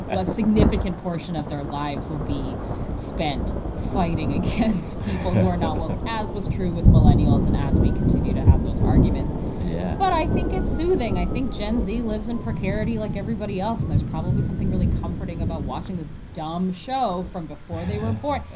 a significant portion of their lives will be spent fighting against people who are not woke, as was true with millennials and as we continue to have those arguments yeah but i think it's soothing. i think gen z lives in precarity like everybody else, and there's probably something really comforting about watching this dumb show from before they were born.